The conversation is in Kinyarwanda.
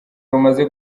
rumaze